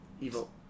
evil